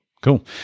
cool